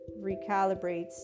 recalibrates